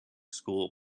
school